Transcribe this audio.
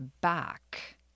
back